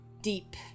deep